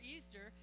Easter